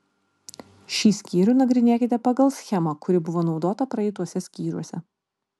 šį skyrių nagrinėkite pagal schemą kuri buvo naudota praeituose skyriuose